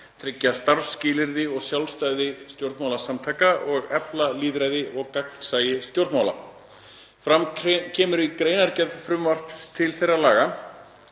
tryggja starfsskilyrði og sjálfstæði stjórnmálasamtaka og efla lýðræði og gagnsæi stjórnmála“. Fram kemur í greinargerð frumvarps til þeirra laga,